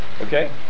Okay